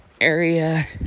area